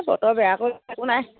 বতৰ বেয়া একো নাই